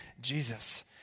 Jesus